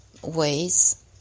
Ways